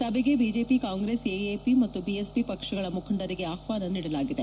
ಸಭೆಗೆ BJP Congress AAP ಮತ್ತು BSP ಪಕ್ಷಗಳ ಮುಖಂಡರಿಗೆ ಆಹ್ವಾನ ನೀಡಲಾಗಿದೆ